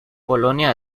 polonia